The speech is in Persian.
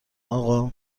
آقا